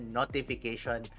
notification